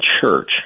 Church